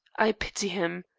i pity him.